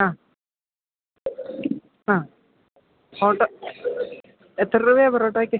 ആ ആ ഹോട്ട് എത്ര രൂപയാണ് പൊറോട്ടായ്ക്ക്